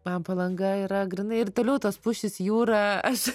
man palanga yra grynai ir toliau tos pušys jūra aš